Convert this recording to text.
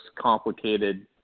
complicated